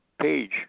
page